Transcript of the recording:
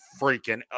freaking